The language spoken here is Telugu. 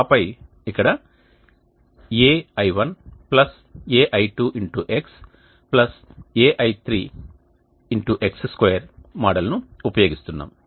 ఆపై ఇక్కడ ai1 ai2xai3x2 మోడల్ ను ఉపయోగిస్తున్నాము